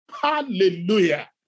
Hallelujah